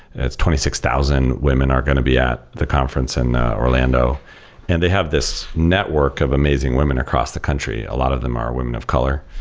twenty six thousand women are going to be at the conference in orlando and they have this network of amazing women across the country. a lot of them are women of color.